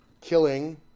killing